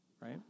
right